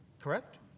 correct